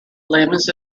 limbs